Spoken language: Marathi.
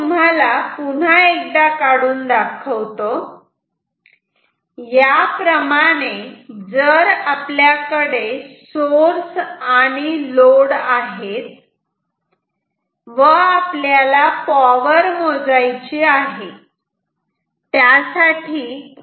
इथे मी पुन्हा एकदा काढून दाखवतो याप्रमाणे जर आपल्याकडे सोर्स आणि लोड आहेत व आपल्याला पॉवर मोजायची आहे